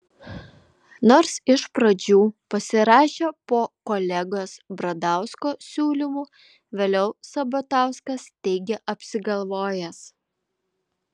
nors iš pradžių pasirašė po kolegos bradausko siūlymu vėliau sabatauskas teigė apsigalvojęs